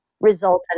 resulted